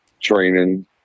training